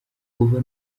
kuva